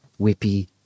whippy